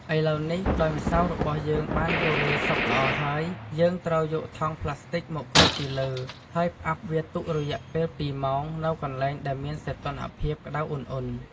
ឥឡូវនេះ ដោយម្សៅរបស់យើងបានរលាយសព្វល្អហើយ យើងត្រូវយកថង់ផ្លាស្ទិកមកគ្របពីលើ ហើយផ្អាប់វាទុករយៈពេល២ម៉ោងនៅកន្លែងដែលមានសីតុណ្ហភាពក្ដៅឧណ្ហៗ។